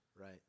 right